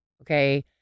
okay